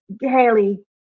Haley